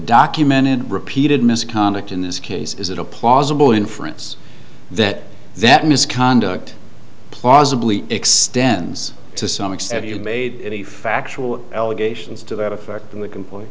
documented repeated misconduct in this case is that a plausible inference that that misconduct plausibly extends to some extent you made any factual allegations to that effect in the compl